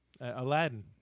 Aladdin